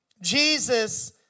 Jesus